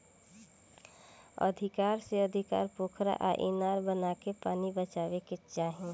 अधिका से अधिका पोखरा आ इनार बनाके पानी बचावे के चाही